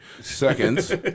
seconds